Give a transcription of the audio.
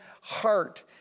heart